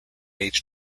age